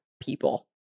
people